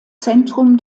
zentrum